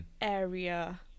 area